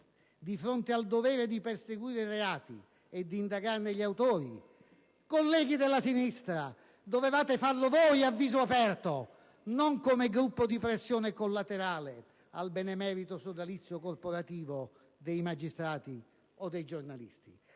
di fronte al dovere di perseguire i reati e di indagarne gli autori, colleghi della sinistra, dovevate farlo voi a viso aperto, non come gruppo di pressione collaterale al benemerito sodalizio corporativo dei magistrati o dei giornalisti